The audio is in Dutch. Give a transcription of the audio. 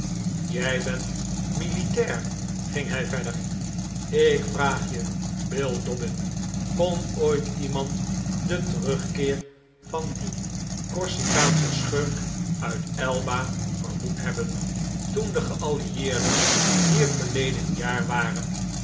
jij bent militair ging hij verder ik vraag je bill dobbin kon ooit iemand den terugkeer van dien corsikaanschen schurk uit elba vermoed hebben toen de geallieerden hier verleden jaar waren